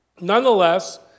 Nonetheless